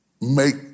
make